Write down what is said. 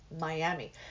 Miami